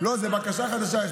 בקשה חדשה.